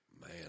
Man